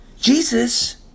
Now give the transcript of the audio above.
Jesus